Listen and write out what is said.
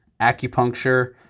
acupuncture